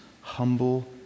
humble